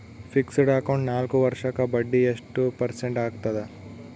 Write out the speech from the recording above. Fixed account ನಾಲ್ಕು ವರ್ಷಕ್ಕ ಬಡ್ಡಿ ಎಷ್ಟು ಪರ್ಸೆಂಟ್ ಆಗ್ತದ?